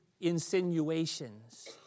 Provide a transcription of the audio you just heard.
insinuations